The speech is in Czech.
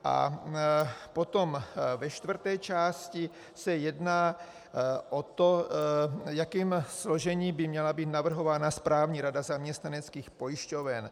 A potom ve čtvrté části se jedná o to, jakým složením by měla být navrhována správní rada zaměstnaneckých pojišťoven.